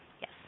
yes